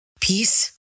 peace